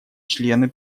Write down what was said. члены